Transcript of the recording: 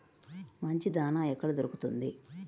మంచి దాణా ఎక్కడ దొరుకుతుంది?